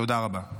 תודה רבה.